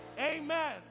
Amen